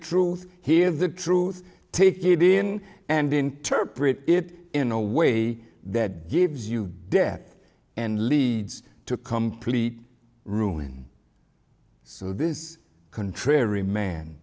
truth hear the truth take it in and interpret it in a way that gives you death and leads to complete ruin so this contrary man